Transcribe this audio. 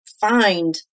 find